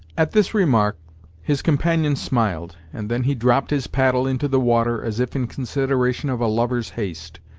at this remark his companion smiled, and then he dropped his paddle into the water, as if in consideration of a lover's haste.